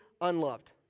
unloved